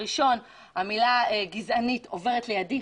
הראשון המילה גזענית עוברת לידי,